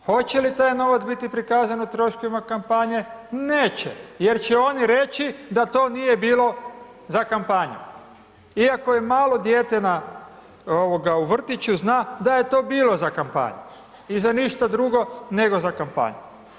Hoće li taj novac biti prikazan u troškovima kampanje, neće, jer će oni reći da to nije bilo za kampanju iako i malo dijete ovoga u vrtiću zna da je to bilo za kampanju i za ništa drugo nego za kampanju.